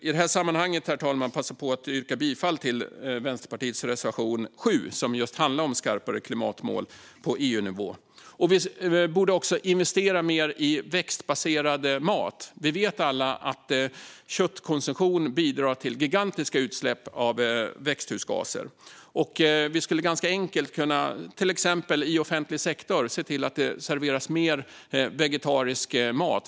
I detta sammanhang vill jag passa på att yrka bifall till Vänsterpartiets reservation 7 som handlar om just skarpare klimatmål på EU-nivå. Vi borde också investera mer i växtbaserad mat. Vi vet alla att köttkonsumtion bidrar till gigantiska utsläpp av växthusgaser. Vi skulle ganska enkelt i till exempel offentlig sektor kunna se till att det serveras mer vegetarisk mat.